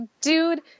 dude